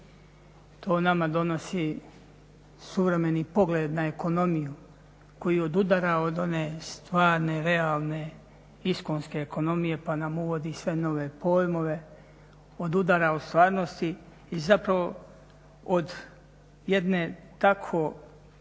to nama donosi suvremeni pogled na ekonomiju koji odudara od one stvarne realne iskonske ekonomije pa nam uvodi sve nove pojmove, odudara od stvarnosti i zapravo od jedne tako